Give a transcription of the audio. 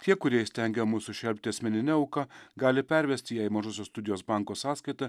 tie kurie įstengia mus sušelpti asmenine auka gali pervesti ją į mažosios studijos banko sąskaitą